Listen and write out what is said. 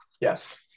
Yes